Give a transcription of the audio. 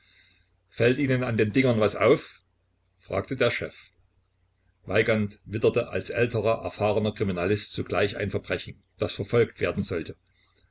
fällt ihnen an den dingern was auf fragte der chef weigand witterte als älterer erfahrener kriminalist sogleich ein verbrechen das verfolgt werden sollte